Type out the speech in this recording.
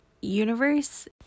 universe